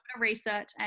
research